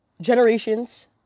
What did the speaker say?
generations